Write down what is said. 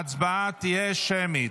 ההצבעה תהיה שמית.